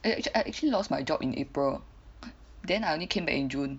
I I actually lost my job in April then I only came back in June